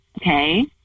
Okay